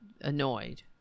annoyed